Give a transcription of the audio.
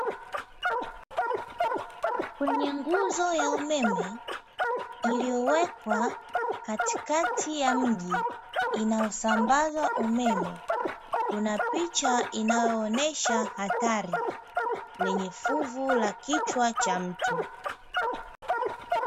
Kwenye nguzo ya umeme iliyowekwa katikati ya mji inayosambaza umeme, kuna picha inayoonyesha hatari yenye fuvu la kichwa cha mtu.